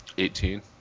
Eighteen